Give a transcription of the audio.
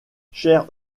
chère